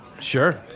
Sure